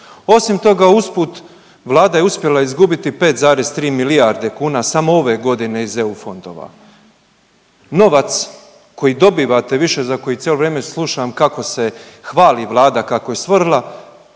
Osim toga usput vlada je uspjela izgubiti 5,3 milijarde kuna samo ove godine iz EU fondova. Novac koji dobivate više za koji cijelo vrijeme slušam kako se hvali vlada kako je stvorila